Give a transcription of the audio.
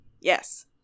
Yes